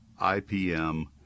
IPM